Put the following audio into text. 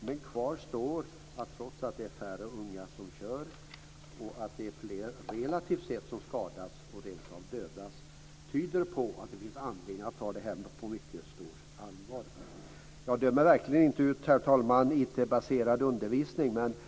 Men kvar står att trots att det är färre unga som kör är det fler, relativt sett, som skadas och rentav dödas, vilket tyder på att det finns anledning att ta detta på mycket stort allvar. Jag dömer verkligen inte ut IT-baserad undervisning, herr talman.